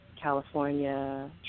California